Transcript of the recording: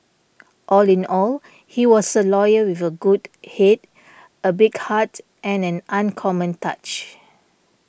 all in all he was a lawyer with a good head a big heart and an uncommon touch